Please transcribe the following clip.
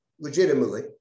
legitimately